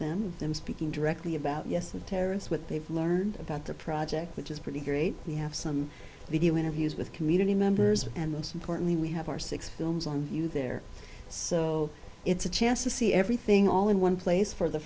and speaking directly about us with terrence what they've learned about the project which is pretty great we have some video interviews with community members and most importantly we have our six films on you there so it's a chance to see everything all in one place for the